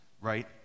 right